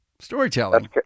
Storytelling